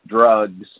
drugs